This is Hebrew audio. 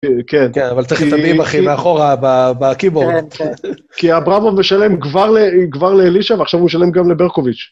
כן. כן, אבל צריך להתנדבים, אחי, מאחורה, בקיבור. כן, כן. כי אברמוב משלם גבר לאלישה, ועכשיו הוא משלם גם לברקוביץ'.